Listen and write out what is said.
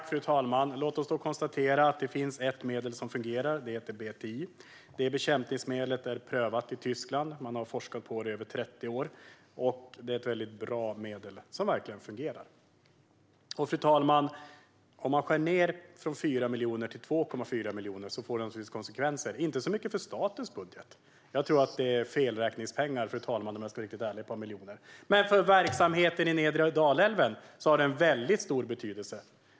Fru talman! Låt oss konstatera att det finns ett medel som fungerar och att det heter BTI. Det bekämpningsmedlet är prövat i Tyskland, och man har forskat på det i över 30 år. Det är ett väldigt bra medel som verkligen fungerar. Fru talman! Om man skär ned från 4 miljoner till 2,4 miljoner får det naturligtvis konsekvenser, inte så mycket för statens budget - om jag ska vara ärlig tror jag att ett par miljoner är felräkningspengar, fru talman - men för verksamheten vid nedre Dalälven har det väldigt stor betydelse.